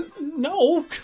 No